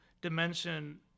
dimension